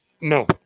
No